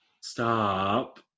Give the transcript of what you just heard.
Stop